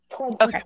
Okay